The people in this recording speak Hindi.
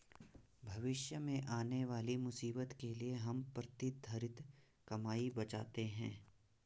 भविष्य में आने वाली मुसीबत के लिए हम प्रतिधरित कमाई बचाते हैं